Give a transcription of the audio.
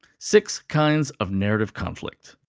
six kinds of narrative conflict.